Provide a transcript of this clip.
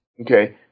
okay